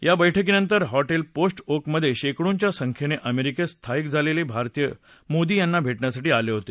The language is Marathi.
या बैठकीनंतर हॉटेल पोस्ट ओकमधे शेकडोंच्या संख्येने अमेरिकेत स्थायिक झालेले भारतीय मोदी यांना भेटण्यासाठी आले होते